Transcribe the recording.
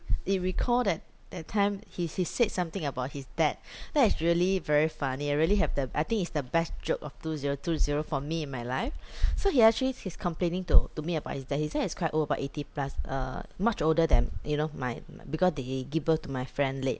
it recall that that time he he said something about his dad that is really very funny I really have the I think it's the best joke of two zero two zero for me in my life so he actually he's complaining to to me about his dad his dad is quite old about eighty plus uh much older than you know my my because they give birth to my friend late